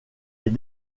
est